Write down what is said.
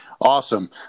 Awesome